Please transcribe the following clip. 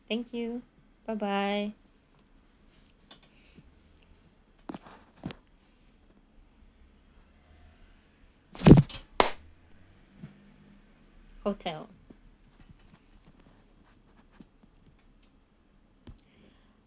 thank you bye bye hotel